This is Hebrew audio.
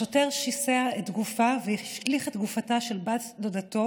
השוטר שיסע את גופה והשליך את גופתה של בת דודתו